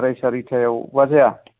साराय सारिथायावबा जाया